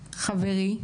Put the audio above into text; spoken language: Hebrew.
חברי,